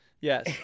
Yes